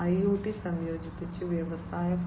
IoT സംയോജിപ്പിച്ച് വ്യവസായ 4